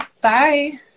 Bye